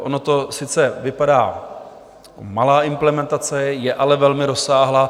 Ono to sice vypadá, malá implementace, je ale velmi rozsáhlá.